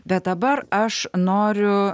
bet dabar aš noriu